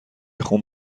خون